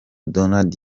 donald